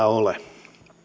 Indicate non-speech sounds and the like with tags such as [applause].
[unintelligible] ole